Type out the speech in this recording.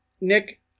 Nick